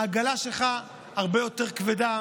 העגלה שלך הרבה יותר כבדה,